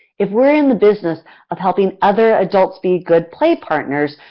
if we're in the business of helping other adults be good play partners,